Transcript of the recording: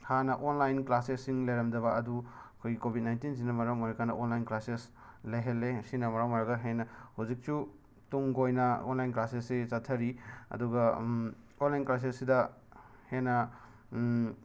ꯍꯥꯟꯅ ꯑꯣꯟꯂꯥꯏꯟ ꯀ꯭ꯂꯥꯁꯦꯁꯁꯤꯡ ꯂꯩꯔꯝꯗꯕ ꯑꯗꯨ ꯑꯩꯈꯣꯏ ꯀꯣꯕꯤꯠ ꯅꯥꯏꯟꯇꯤꯟꯁꯤꯅ ꯃꯔꯝ ꯑꯣꯏꯔꯀꯥꯟꯗ ꯑꯣꯟꯂꯥꯏꯟ ꯀ꯭ꯂꯥꯁꯦꯁ ꯂꯩꯍꯜꯂꯦ ꯁꯤꯅ ꯃꯔꯝ ꯑꯣꯏꯔꯒ ꯍꯦꯟꯅ ꯍꯧꯖꯤꯛꯁꯨ ꯇꯨꯡ ꯀꯣꯏꯅ ꯑꯣꯟꯂꯥꯏꯟ ꯀ꯭ꯂꯥꯁꯦꯁꯁꯤ ꯆꯠꯊꯔꯤ ꯑꯗꯨꯒ ꯑꯣꯟꯂꯥꯏꯟ ꯀ꯭ꯂꯥꯁꯦꯁꯁꯤꯗ ꯍꯦꯟꯅ